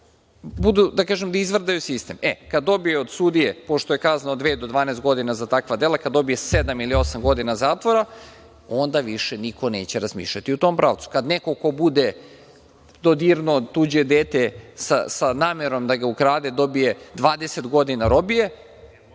odnosno da izvrdaju sistem. Kada dobiju od sudije, pošto je kazna od dve do 12 godina za takva dela, kad dobije sedam ili osam godina zatvora, onda više niko neće razmišljati u tom pravcu. Kad neko ko bude dodirnuo tuđe dete sa namerom da ga ukrade, dobije 20 godina robije,